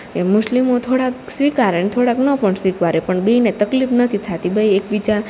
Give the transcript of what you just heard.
એ મુસ્લિમો થોડાક સ્વીકારે ને થોડાક ન પણ સ્વીકારે પણ બેયને તકલીફ નથી થાતી બેય એક બીજા